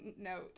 note